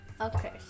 Okay